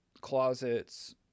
closets